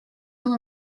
will